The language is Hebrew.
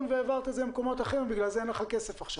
והעברת את זה למקומות אחרים ובגלל זה אין לך כסף עכשיו?